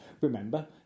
Remember